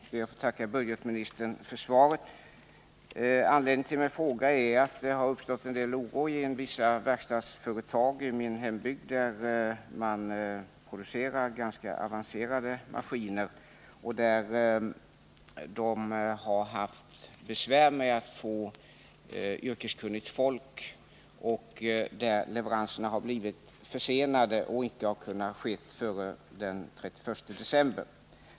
Fru talman! Jag ber att få tacka budgetministern för svaret. Anledningen till min fråga är att det uppstått en del oro inom vissa verkstadsföretag i min hembygd, där man producerar ganska avancerade maskiner. Man har där haft besvär med att få yrkeskunnigt folk, och leveranserna har därför blivit försenade och inte kunnat ske före den 31 december.